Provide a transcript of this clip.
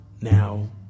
now